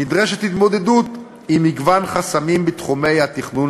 נדרשת התמודדות עם מגוון חסמים בתחומי התכנון,